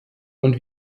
und